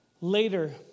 Later